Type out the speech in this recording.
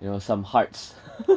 you know some hearts